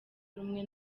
rumwe